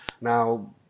Now